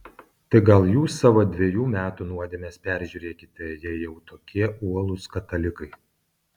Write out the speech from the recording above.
tai gal jūs savo dvejų metų nuodėmes peržiūrėkite jei jau tokie uolūs katalikai